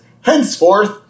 henceforth